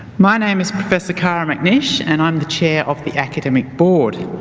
my name is professor cara macnish and i'm the chair of the academic board,